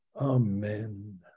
amen